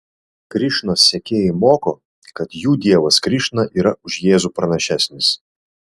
krišnos sekėjai moko kad jų dievas krišna yra už jėzų pranašesnis